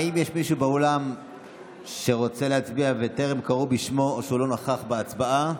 האם יש מישהו באולם שרוצה להצביע וטרם קראו בשמו או שלא נכח בהצבעה?